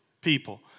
people